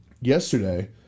Yesterday